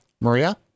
Maria